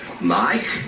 Mike